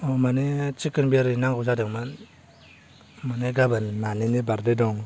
औ माने चिकन बिरियानि नांगौ जादोंमोन माने गाबोन नानिनि बार्थदे दं